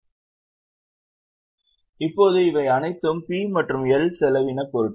இப்போது இவை அனைத்தும் P மற்றும் L செலவினப் பொருட்கள்